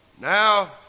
Now